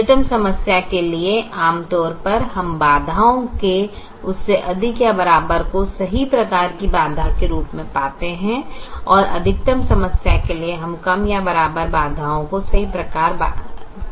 न्यूनतम समस्या के लिए आमतौर पर हम बाधाओं के उससे अधिक या बराबर को सही प्रकार की बाधा के रूप में पाते हैं और अधिकतम समस्या के लिए हम कम या बराबर बाधाओं को सही प्रकार बाधाए पाते हैं